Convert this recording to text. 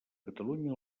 catalunya